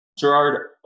Gerard